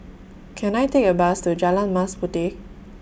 Can I Take A Bus to Jalan Mas Puteh